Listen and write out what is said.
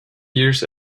years